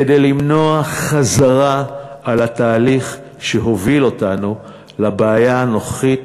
כדי למנוע חזרה על התהליך שהוביל אותנו לבעיה הנוכחית.